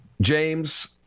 James